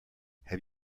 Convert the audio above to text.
have